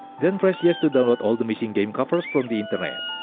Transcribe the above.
then press yes to download all the missing game covers from the internet.